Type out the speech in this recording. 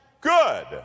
good